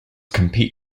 compete